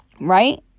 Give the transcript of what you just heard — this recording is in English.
Right